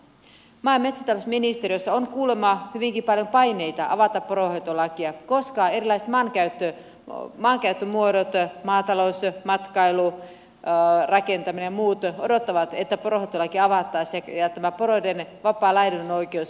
maa ja metsätalousministeriössä on kuulemma hyvinkin paljon paineita avata poronhoitolaki koska erilaiset maankäyttömuodot maatalous matkailu rakentaminen ja muut odottavat että poronhoitolaki avattaisiin ja porojen vapaa laidunoikeus muutettaisiin